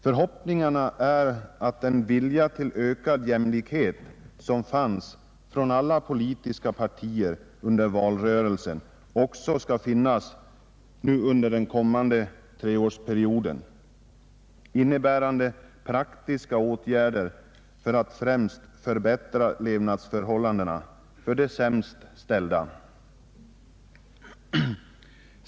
Förhoppningarna är att den vilja till ökad jämlikhet, som fanns från alla politiska partier under valrörelsen, också skall finnas nu under den kommande treårsperioden, innebärande praktiska åtgärder för att förbättra levnadsförhållandena för de sämst ställda.